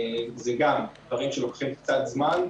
זה גם דברים שלוקחים קצת זמן,